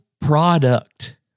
product